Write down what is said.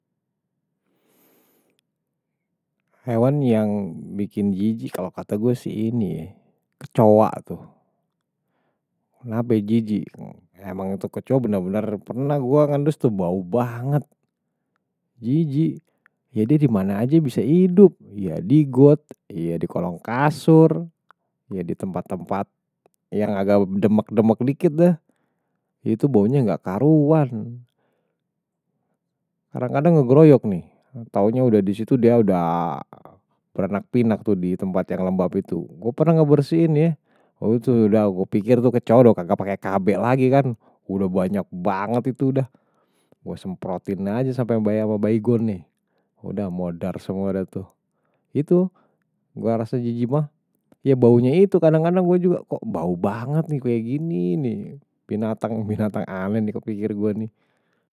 Hewan yang bikin jiji kalau kata gue si ini ya kecoa tuh nape jiji emang itu kecoa bener-bener pernah gue ngendus tuh bau banget jiji ya dia di mane aje bisa hidup ya di got ya di kolong kasur ya di tempat-tempat yang agak bedemek-demek dikit dah itu baunya gak karuan kadang-kadang ngegroyok nih taunya udah disitu dia udah berenak pinak tuh di tempat yang lembab itu gue pernah gak bersihin ya tuh udah gue pikir tuh kecoa gak pake kb lagi kan udah banyak banget itu dah gue semprotin aja sampai bayar sama bayi gue nih udah modar semua dah tuh itu gue rasa jiji mah ya baunya itu kadang-kadang gue juga kok bau banget nih kayak gini nih binatang-binatang aneh nih kok pikir gue nih.